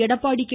Edappadi K